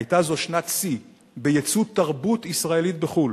היתה זו שנת שיא בייצוא תרבות ישראלית בחו"ל,